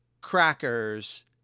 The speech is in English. crackers